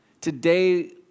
Today